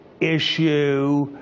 issue